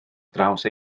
draws